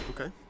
Okay